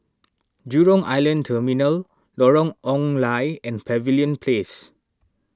Jurong Island Terminal Lorong Ong Lye and Pavilion Place